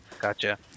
gotcha